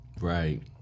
Right